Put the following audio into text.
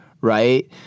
right